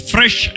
Fresh